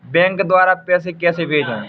Bank द्वारा पैसे कैसे भेजें?